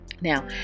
Now